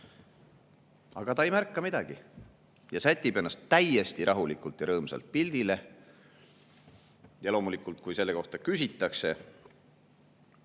ei märka midagi ja sätib ennast täiesti rahulikult ja rõõmsalt pildile. Ja loomulikult, kui selle kohta küsitakse,